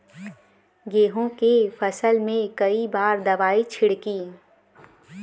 गेहूँ के फसल मे कई बार दवाई छिड़की?